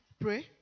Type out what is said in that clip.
pray